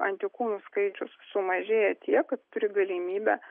antikūnų skaičius sumažėja tiek kad turi galimybę